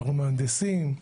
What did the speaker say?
אנחנו מהנדסים,